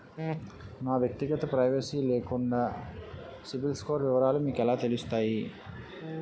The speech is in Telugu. నా వ్యక్తిగత ప్రైవసీ లేకుండా సిబిల్ స్కోర్ వివరాలు మీకు ఎలా తెలుస్తాయి?